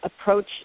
approach